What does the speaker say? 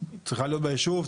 צריכה להיות בישוב,